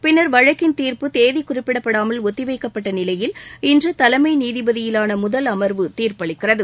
பின்னர் வழக்கின் தீர்ப்பு தேதி குறிப்பிடாமல் ஒத்திவைக்கப்பட்ட நிலையில் இன்று தலைமை நீதிபதியிலான முதல் அமர்வு தீர்ப்பளிக்கிறது